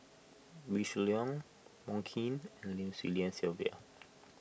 Wee Shoo Leong Wong Keen and Lim Swee Lian Sylvia